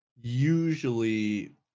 Usually